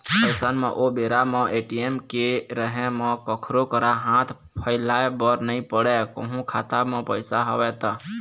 अइसन म ओ बेरा म ए.टी.एम के रहें म कखरो करा हाथ फइलाय बर नइ पड़य कहूँ खाता म पइसा हवय त